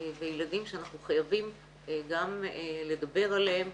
וילדים שאנחנו חייבים גם לדבר עליהם,